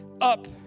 up